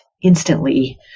Instantly